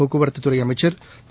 போக்குவரத்துத் துறை அமைச்சா் திரு